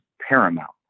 paramount